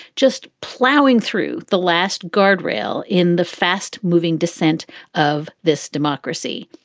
just plowing through the last guardrail in the fast moving descent of this democracy.